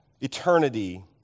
eternity